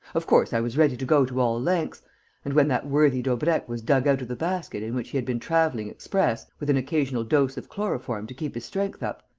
of course, i was ready to go to all lengths and, when that worthy daubrecq was dug out of the basket in which he had been travelling express, with an occasional dose of chloroform to keep his strength up,